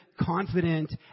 confident